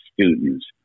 students